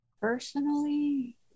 Personally